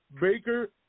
Baker